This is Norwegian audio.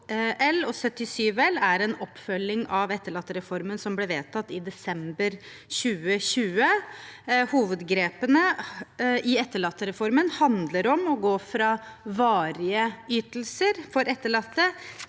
2022– 2023 er en oppfølging av etterlattereformen som ble vedtatt i desember 2020. Hovedgrepene i etterlattereformen handler om å gå fra varige ytelser for etterlatte